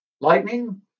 Lightning